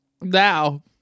now